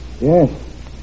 Yes